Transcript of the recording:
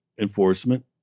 enforcement